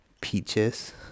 peaches